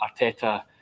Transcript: Arteta